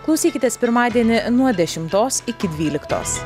klausykitės pirmadienį nuo dešimtos iki dvyliktos